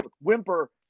whimper